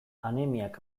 anemiak